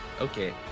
okay